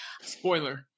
spoiler